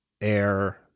Air